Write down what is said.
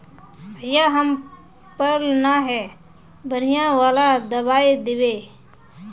भैया हम पढ़ल न है बढ़िया वाला दबाइ देबे?